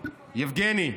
יבגני,